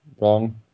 wrong